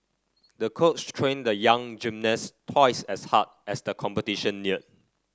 the coach trained the young gymnast twice as hard as the competition neared